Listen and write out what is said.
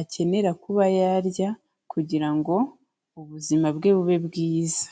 akenera kuba yarya kugira ngo ubuzima bwe bube bwiza.